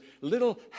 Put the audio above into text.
little